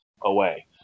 away